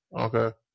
Okay